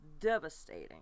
devastating